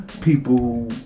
people